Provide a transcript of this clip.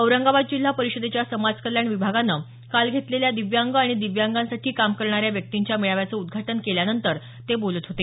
औरंगाबाद जिल्हा परिषदेच्या समाज कल्याण विभागानं काल घेतलेल्या दिव्यांग आणि दिव्यांगांसाठी काम करणाऱ्या व्यक्तींच्या मेळाव्याचं उद्घाटन केल्यानंतर ते बोलत होते